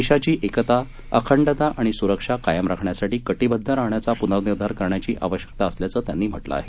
देशाची एकता अखंडता आणि सुरक्षा कायम राखण्यासाठी कटिबद्ध राहण्याचा पुनर्निर्धार करण्याची आवश्यकता असल्याचं त्यांनी म्हटलंय